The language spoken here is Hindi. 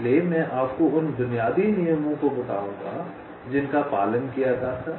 इसलिए मैं आपको उन बुनियादी नियमों को बताऊंगा जिनका पालन किया गया था